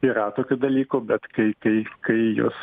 yra tokių dalykų bet kai kai kai juos